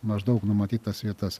maždaug numatyt tas vietas